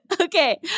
Okay